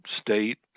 state